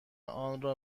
آنرا